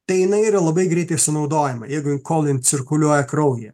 tai jinai yra labai greitai sunaudojama jeigu kol jin cirkuliuoja kraujyje